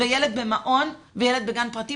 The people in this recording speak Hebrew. ילד במעון וילד בגן פרטי,